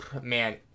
Man